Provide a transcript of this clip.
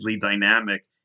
dynamic